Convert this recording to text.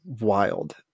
wild